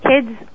kids